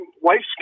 wife's